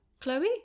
Chloe